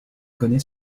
connaît